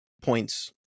points